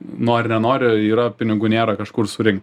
nori nenori yra pinigų nėra kažkur surinkt